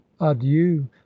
adieu